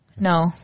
No